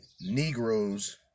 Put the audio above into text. Negroes